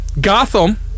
Gotham